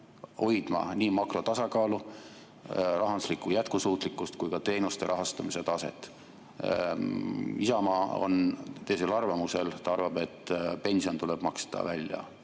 hoidma nii makrotasakaalu, rahanduslikku jätkusuutlikkust kui ka teenuste rahastamise taset. Isamaa on teisel arvamusel, ta arvab, et pension tuleb maksta välja